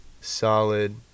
solid